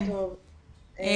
בוקר טוב.